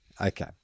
Okay